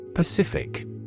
Pacific